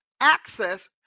access